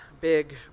big